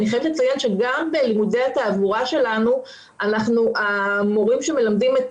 אני חייבת לציין שגם בלימודי התעבורה שלנו המורים שמלמדים את